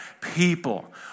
people